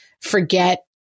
forget